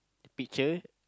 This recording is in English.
picture